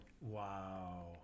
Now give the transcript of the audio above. Wow